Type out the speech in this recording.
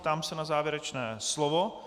Ptám se na závěrečné slovo.